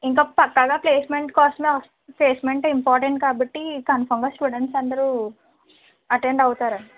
ఇంకా పక్కాగా ప్లేస్మెంట్ కోసమే వస్తా ప్లేస్మెంట్ ఇంపార్టెంట్ కాబట్టి కన్ఫామ్గా స్టూడెంట్స్ అందరూ అటెండ్ అవుతారు